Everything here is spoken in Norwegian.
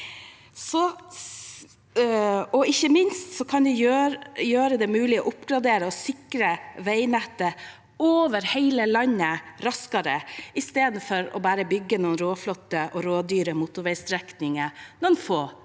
Ikke minst kan det gjøre det mulig å oppgradere og sikre veinettet over hele landet raskere, istedenfor bare å bygge noen råflotte og rådyre motorveistrekninger noen få steder